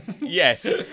Yes